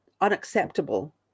unacceptable